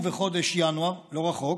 בחודש ינואר, לא רחוק,